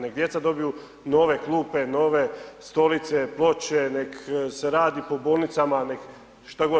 Neka djeca dobiju nove klupe, nove stolice, ploče, neka se radi po bolnicama, što god.